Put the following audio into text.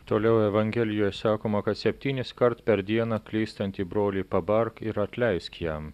toliau evangelijoje sakoma kad septyniskart per dieną klystantį brolį pabark ir atleisk jam